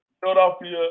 Philadelphia